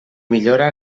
millora